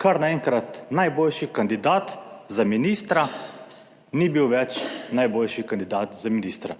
kar naenkrat najboljši kandidat za ministra ni bil več najboljši kandidat za ministra,